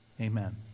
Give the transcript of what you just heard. Amen